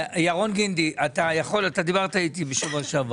ירון גינדי, אתה דיברת איתי בשבוע שעבר.